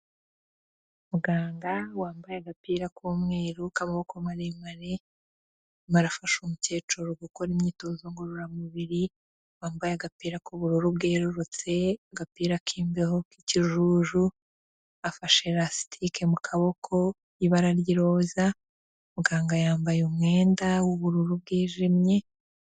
Muganga wambaye agapira k'umweru k'amaboko maremare, arimo arafasha umukecuru gukora imyitozo ngororamubiri, wambaye agapira k'ubururu bwerurutse, agapira k'imbeho k'ikijuju, afashe rasitike mu kaboko, ibara ry'iroza, muganga yambaye umwenda w'ubururu bwijimye.